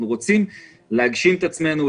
אנחנו רוצים להגשים את עצמנו,